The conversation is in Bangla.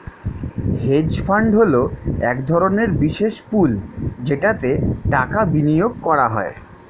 হেজ ফান্ড হলো এক ধরনের বিশেষ পুল যেটাতে টাকা বিনিয়োগ করা হয়